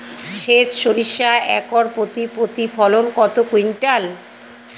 সেত সরিষা একর প্রতি প্রতিফলন কত কুইন্টাল?